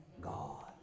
God